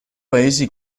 paesi